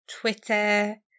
Twitter